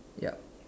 ya